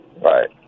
Right